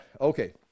Okay